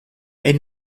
ein